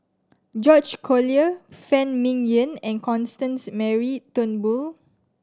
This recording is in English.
George Collyer Phan Ming Yen and Constance Mary Turnbull